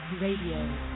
Radio